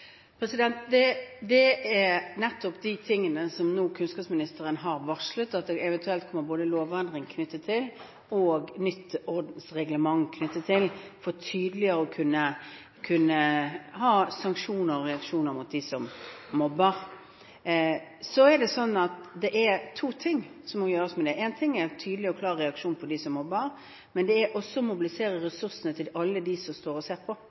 Det er nettopp noen av de tingene hvor kunnskapsministeren nå har varslet at det eventuelt kommer både lovendringer og nytt ordensreglement for tydeligere å kunne ha sanksjoner og reaksjoner overfor dem som mobber. Så er det sånn at det er to ting som må gjøres. En ting er å ha tydelig og klar reaksjon overfor dem som mobber, men det er også å mobilisere ressursene til alle dem som står og ser på.